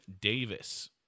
davis